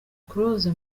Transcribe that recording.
close